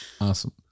Awesome